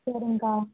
சரிங்க்கா